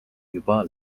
juba